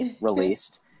released